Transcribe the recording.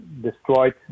destroyed